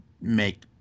make